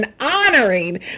honoring